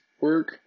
work